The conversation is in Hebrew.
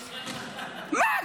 מה?